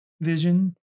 vision